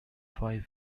five